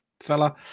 fella